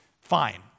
fine